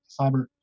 cyber